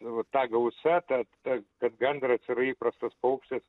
va ta gausa ta ta kad gandras yra įprastas paukštis